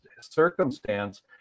circumstance